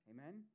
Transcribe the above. Amen